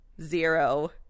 zero